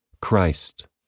Christ